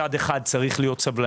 מצד אחד, צריך להיות סבלניים.